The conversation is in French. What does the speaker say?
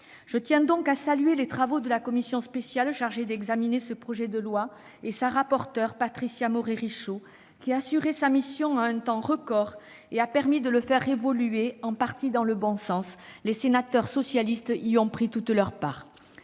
Je tiens donc à saluer les travaux de la commission spéciale chargée d'examiner ce projet de loi et particulièrement de sa rapporteure, Patricia Morhet-Richaud, qui a rempli sa mission en un temps record et a permis de faire évoluer le texte en partie dans le bon sens. Les sénateurs socialistes y ont pris toute leur part.